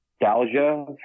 nostalgia